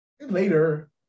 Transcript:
later